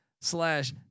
slash